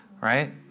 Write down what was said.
right